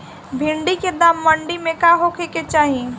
भिन्डी के दाम मंडी मे का होखे के चाही?